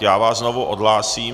Já vás znovu odhlásím.